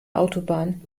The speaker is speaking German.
autobahn